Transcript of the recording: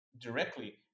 directly